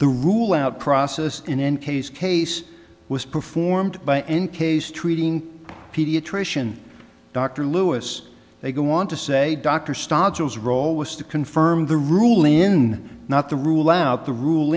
the rule out process in any case case was performed by in case treating pediatrician dr louis they go on to say dr stacia his role was to confirm the rule in not the rule out the rule